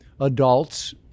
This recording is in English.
adults